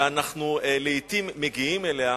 שאנחנו לעתים מגיעים אליה,